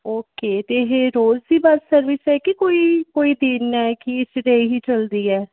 okay ਅਤੇ ਇਹ ਰੋਜ਼ ਦੀ ਬੱਸ ਸਰਵਿਸ ਹੈ ਕਿ ਕੋਈ ਕੋਈ ਦਿਨ ਹੈ ਕਿ ਜਿਹੜੇ ਇਹੀ ਚਲਦੀ ਹੈ